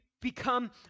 become